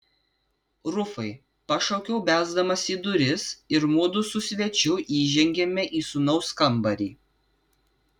rufai pašaukiau belsdamas į duris ir mudu su svečiu įžengėme į sūnaus kambarį